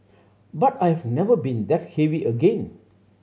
but I have never been that heavy again